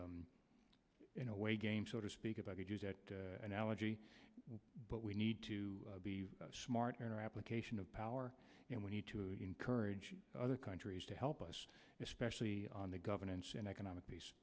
a in a way game so to speak if i could use that analogy but we need to be smarter application of power and we need to encourage other countries to help us especially on the governance and economic